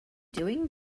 doing